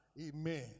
Amen